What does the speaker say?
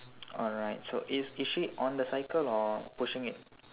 alright so is is she on the cycle or pushing it